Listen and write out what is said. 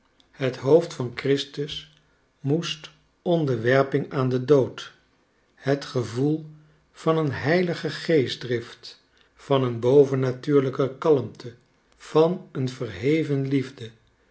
het hoofd van christus moest onderwerping aan den dood het gevoel van een heilige geestdrift van een bovennatuurlijke kalmte van een verheven liefde